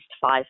five